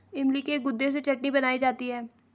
इमली के गुदे से चटनी बनाई जाती है